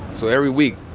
so every week?